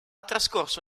trascorso